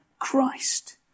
Christ